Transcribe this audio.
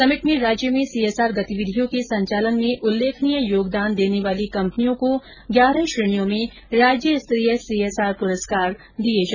summit में राज्य में सीएसआर गतिविधियों के संचालन में उल्लेखनीय योगदान देने वाली कंपनियों को ग्यारह श्रेणी में राज्यस्तरीय सीएसआर पुरस्कार दिए जायेंगे